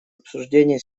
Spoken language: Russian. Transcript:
обсуждения